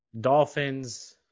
Dolphins